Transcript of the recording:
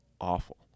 awful